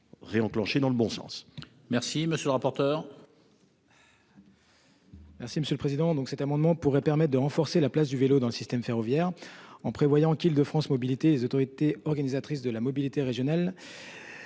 Réenclencher dans le bon sens.